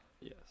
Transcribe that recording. Yes